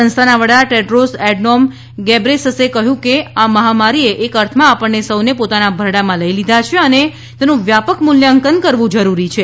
સંસ્થાના વડા Tedros Adhanom ગેબ્રેસસે કહયું છે કે આ મહામારીએ એક અર્થમાં આપણને સૌને પોતાના ભરડામાં લઇ લીધા છે અને તેનું વ્યાપક મુલ્યાંકન કરવુ જરૂરી છે